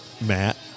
Matt